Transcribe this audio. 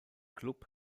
klub